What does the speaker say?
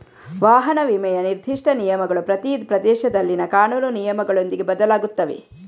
ವಾಹನ ವಿಮೆಯ ನಿರ್ದಿಷ್ಟ ನಿಯಮಗಳು ಪ್ರತಿ ಪ್ರದೇಶದಲ್ಲಿನ ಕಾನೂನು ನಿಯಮಗಳೊಂದಿಗೆ ಬದಲಾಗುತ್ತವೆ